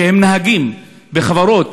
שהם נהגים בחברות.